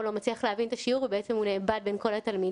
הוא לא מצליח להבין את השיעור ובעצם הוא אובד בין כל התלמידים.